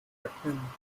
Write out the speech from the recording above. erkennen